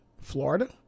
Florida